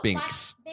Binks